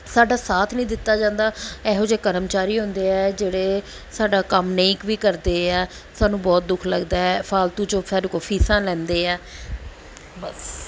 ਸਾਡਾ ਸਾਥ ਨਹੀਂ ਦਿੱਤਾ ਜਾਂਦਾ ਇਹੋ ਜਿਹੇ ਕਰਮਚਾਰੀ ਹੁੰਦੇ ਹੈ ਜਿਹੜੇ ਸਾਡਾ ਕੰਮ ਨਹੀਂ ਵੀ ਕਰਦੇ ਹੈ ਸਾਨੂੰ ਬਹੁਤ ਦੁੱਖ ਲੱਗਦਾ ਹੈ ਫਾਲਤੂ 'ਚ ਸਾਡੇ ਕੋਲੋਂ ਫੀਸਾਂ ਲੈਂਦੇ ਹੈ ਬਸ